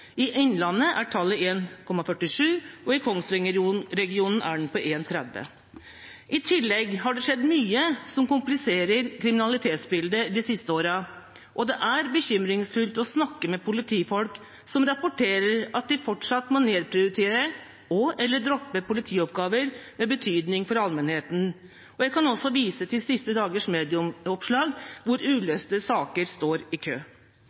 I Innlandet er tallet 1,47 og i Kongsvinger-regionen er den på 1,30. I tillegg har det skjedd mye som kompliserer kriminalitetsbildet, de siste årene, og det er bekymringsfullt å snakke med politifolk som rapporterer at de fortsatt må nedprioritere og/eller droppe politioppgaver med betydning for allmennheten. Jeg kan også vise til siste dagers medieoppslag om at uløste saker står i kø.